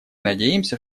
надеемся